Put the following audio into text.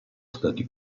stati